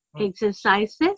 exercises